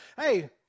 Hey